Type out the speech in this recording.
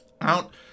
out